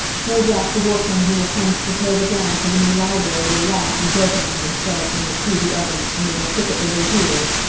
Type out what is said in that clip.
no doubt the workmen who will come to prepare the ground for the new library will laugh and joke among themselves when they see the oven, and they will kick it with their heels,